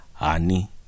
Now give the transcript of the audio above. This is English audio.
Ani